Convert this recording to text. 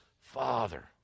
father